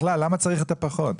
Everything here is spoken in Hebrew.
בכלל, למה צריך פחות?